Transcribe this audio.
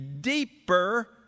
deeper